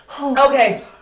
Okay